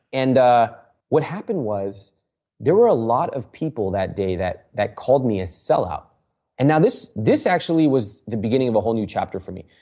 and what happened was there were a lot of people that day that that called me a sellout and now this this actually was the beginning of a whole new chapter for me.